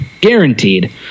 Guaranteed